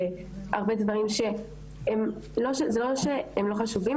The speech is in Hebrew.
זה לא שהם לא חשובים,